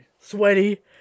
Sweaty